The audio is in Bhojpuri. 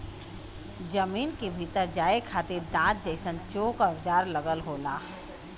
जमीन के भीतर जाये खातिर दांत जइसन चोक औजार लगल होला